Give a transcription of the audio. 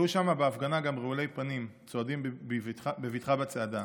היו שם בהפגנה גם רעולי פנים צועדים בבטחה בצעדה.